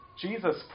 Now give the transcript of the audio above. Jesus